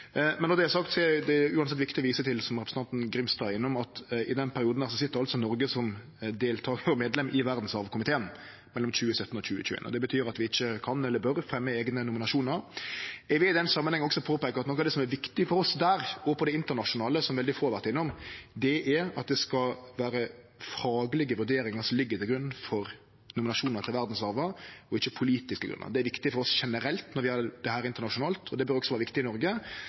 Men når det er sagt, er det uansett viktig å vise til, som representanten Grimstad var innom, at i denne perioden, mellom 2017 og 2021, sit Noreg som medlem i verdskomiteen. Det betyr at vi ikkje kan eller bør fremje eigne nominasjonar. Eg vil i den samanhengen også påpeike at noko av det som er viktig for oss der og på det internasjonale, som veldig få har vore innom, er at det skal vere faglege vurderingar som ligg til grunn for nominasjonar til verdsarven, og ikkje politiske grunnar. Det er viktig for oss generelt, når vi gjer dette internasjonalt, og det bør også vere viktig i Noreg.